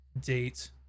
date